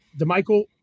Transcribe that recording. DeMichael